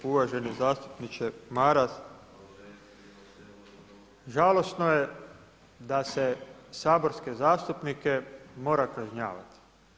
Uvaženi zastupniče Maras, žalosno je da se saborske zastupnike mora kažnjavati.